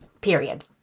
Period